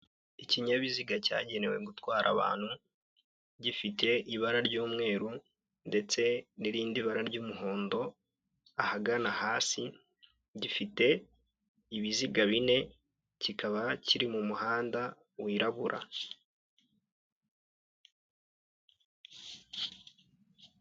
Ikinyabiziga cyagenewe gutwara abantu, gifite ibara ry'umweru ndetse n'irindi bara ry'umuhondo, ahagana hasi gifite ibiziga bine, kikaba kiri mu muhanda wirabura.